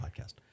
podcast